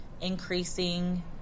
increasing